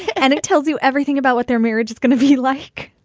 and it tells you everything about what their marriage is going to be like.